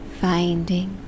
finding